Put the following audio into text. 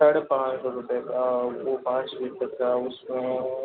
साढ़े पाँच सौ रुपए का वो पाँच लीटर का उसमें